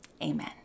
amen